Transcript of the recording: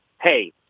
hey